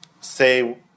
say